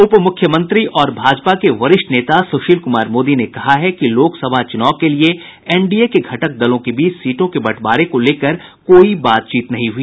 उप मुख्यमंत्री और भाजपा के वरिष्ठ नेता सुशील कुमार मोदी ने कहा है कि लोक सभा चुनाव के लिए एनडीए के घटक दलों के बीच सीटों के बंटवारे को लेकर कोई बातचीत नहीं हुई